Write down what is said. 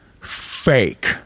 fake